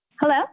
Hello